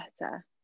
better